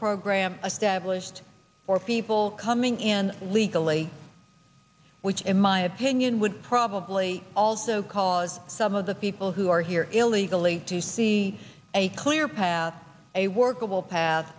program a stablished for people coming in legally which in my opinion would probably also cause some of the people who are here illegally to see a clear path a workable path